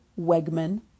Wegman